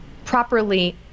properly